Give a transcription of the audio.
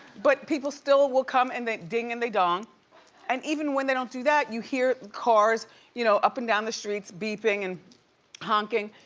but people still will come and they ding and they dong and even when they don't do that, you hear cars you know up and down the streets beeping and honking.